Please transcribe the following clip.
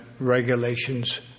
regulations